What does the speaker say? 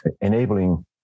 enabling